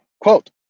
quote